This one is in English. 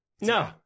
No